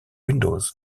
windows